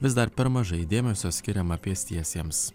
vis dar per mažai dėmesio skiriama pėstiesiems